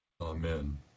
Amen